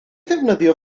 ddefnyddio